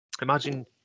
Imagine